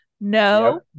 No